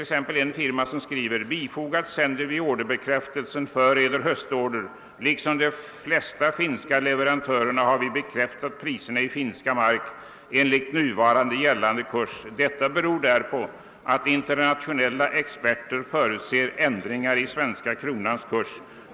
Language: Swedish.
En firma skriver: »Bifogad sänder vi orderbekräftelsen för Er höstorder. Liksom de flesta finska leverantörerna har vi bekräftat priserna i finska mark enligt nuvarande, gällande kurs. Detta beror därpå, att internationella experter förutser ändringar i svenska kronans kurs.